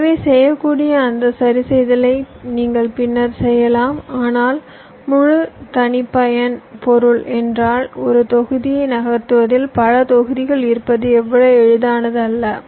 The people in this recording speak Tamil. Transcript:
எனவே செய்யக்கூடிய அந்த சரிசெய்தலை நீங்கள் பின்னர் செய்யலாம் ஆனால் ஒரு முழு தனிப்பயன் பொருள் என்றால் ஒரு தொகுதியை நகர்த்துவதில் பல தொகுதிகள் இருப்பது அவ்வளவு எளிதானது அல்ல